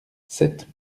sept